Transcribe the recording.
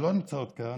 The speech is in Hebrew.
שלא נמצאת כאן,